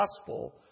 gospel